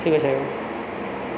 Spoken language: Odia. ଠିକ୍ ଅଛି ଆଜ୍ଞା